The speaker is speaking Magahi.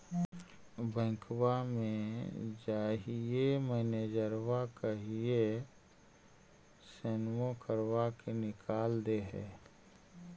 बैंकवा मे जाहिऐ मैनेजरवा कहहिऐ सैनवो करवा के निकाल देहै?